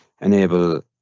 enable